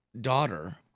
daughter